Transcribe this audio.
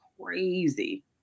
crazy